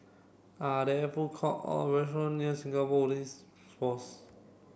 are there food court or restaurant near Singapore Police Force